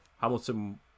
Hamilton